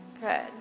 Good